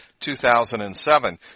2007